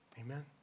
Amen